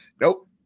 nope